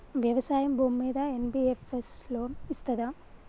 వ్యవసాయం భూమ్మీద NBFS loan ఇస్తదా?